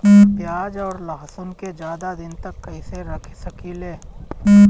प्याज और लहसुन के ज्यादा दिन तक कइसे रख सकिले?